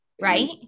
right